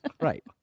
Right